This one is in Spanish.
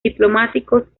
diplomáticos